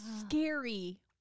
scary